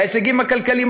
בהישגים הכלכליים,